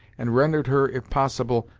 and rendered her, if possible,